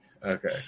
Okay